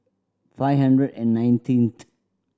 five hundred and nineteenth